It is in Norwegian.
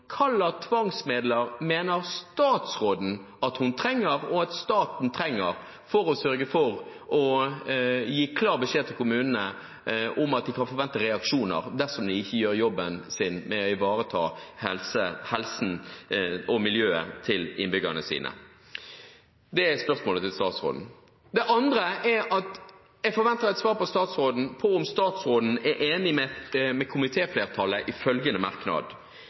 tvangsmidler mener statsråden at hun og staten trenger for å sørge for å gi klar beskjed til kommunene om at de kan forvente reaksjoner dersom de ikke gjør jobben sin med å ivareta helsen og miljøet til innbyggerne sine? Det er spørsmålet til statsråden. Det andre er at jeg forventer et svar fra statsråden på om statsråden er enig med komitéflertallet i følgende merknad: